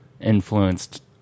influenced